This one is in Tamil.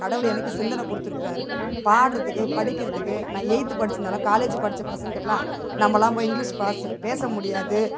கடவுள் எனக்கு சிந்தனை கொடுத்துருக்குறாரு பாடுறதுக்கு படிக்கிறதுக்கு நான் எயித்து படித்திருந்தாலும் காலேஜு படித்த பசங்கக்கிட்டேலாம் நம்மள்லாம் போய் இங்கிலீஷ் பேச முடியாது